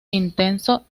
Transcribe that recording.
intenso